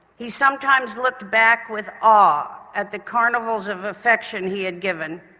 he sometimes looked back with awe at the carnivals of affection he had given,